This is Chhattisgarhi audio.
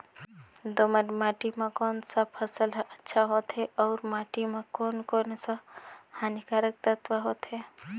दोमट माटी मां कोन सा फसल ह अच्छा होथे अउर माटी म कोन कोन स हानिकारक तत्व होथे?